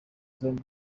zombi